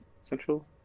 Central